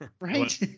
Right